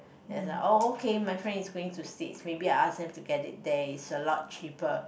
then like oh okay my friend is going to States maybe I ask them to get it there is a lot cheaper